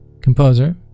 composer